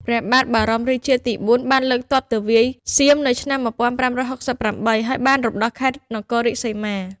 ព្រះបាទបរមរាជាទី៤ បានលើកទ័ពទៅវាយសៀមនៅឆ្នាំ ១៥៦៨ ហើយបានរំដោះខេត្តនគររាជសីមា។